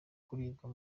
kuribwa